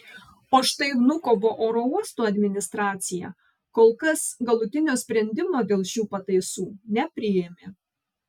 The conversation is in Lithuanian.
o štai vnukovo oro uosto administracija kol kas galutinio sprendimo dėl šių pataisų nepriėmė